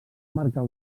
marcar